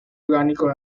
orgánico